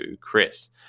Chris